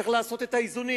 צריך לעשות את האיזונים.